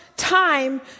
time